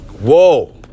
Whoa